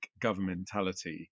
governmentality